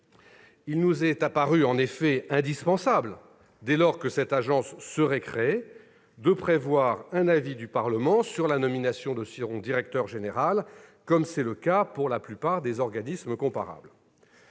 Il nous a paru effectivement indispensable, dès lors que cette agence serait créée, de prévoir un avis du Parlement sur la nomination de son directeur général, comme c'est le cas pour la plupart des organismes comparables.